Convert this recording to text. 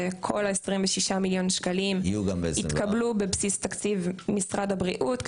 שכל ה-26 מיליון שקלים יתקבלו בבסיס תקציב משרד הבריאות.